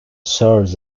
serves